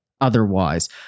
otherwise